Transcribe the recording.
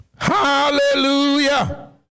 Hallelujah